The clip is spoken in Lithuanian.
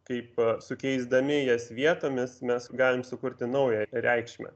kaip sukeisdami jas vietomis mes galim sukurti naują reikšmę